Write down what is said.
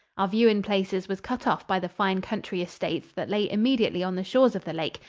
our view in places was cut off by the fine country estates that lay immediately on the shores of the lake,